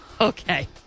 Okay